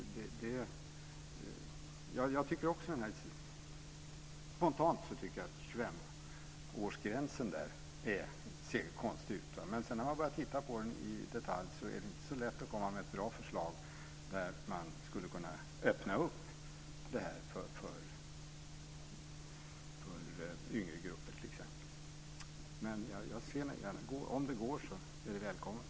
Spontant tycker jag att 25-årsgränsen ser lite konstig ut. Men när man börjar titta på den i detalj är det inte så lätt att komma med ett bra förslag där man skulle kunna öppna detta för yngre grupper. Men om det går så är det välkommet.